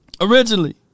Originally